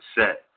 set